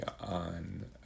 on